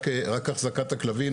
רק אחזקת הכלבים,